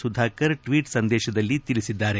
Sudhakar tweet ಸಂದೇಶದಲ್ಲಿ ತಿಳಿಸಿದ್ದಾರೆ